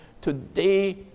today